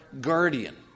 guardian